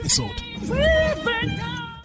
episode